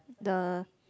the